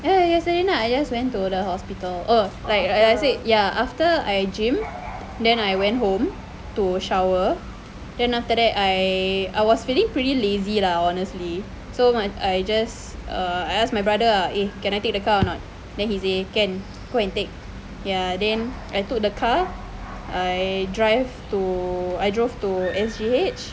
ya yesterday I just went to the hospital oh like after I gym then I went home to shower then after that I was feeling pretty lazy lah honestly so I just err ask my brother ah eh can I take the car or not then he say can go and take ya then I took the car I drive to I drove to S_G_H